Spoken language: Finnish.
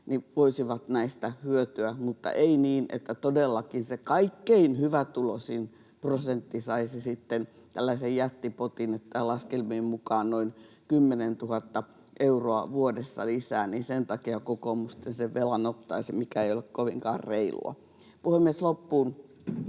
voisivat näistä hyötyä, mutta ei niin, että todellakin se kaikkein hyvätuloisin prosentti saisi sitten tällaisen jättipotin, laskelmien mukaan noin 10 000 euroa vuodessa lisää. Sen takia kokoomus sen velan ottaisi, mikä ei ole kovinkaan reilua. Puhemies! Loppuun